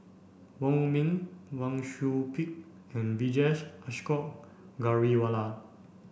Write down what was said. Wong Ming Wang Sui Pick and Vijesh Ashok Ghariwala